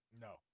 no